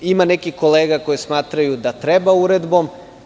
Ima nekih kolega koje smatraju da treba uredbom.